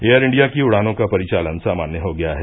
air India की उड़ानों का परिचालन सामान्य हो गया है